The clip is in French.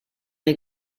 les